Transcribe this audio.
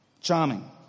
Charming